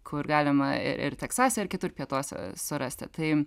kur galima ir ir teksase ir kitur pietuose surasti tai